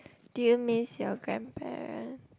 do you miss your grandparent